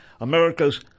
America's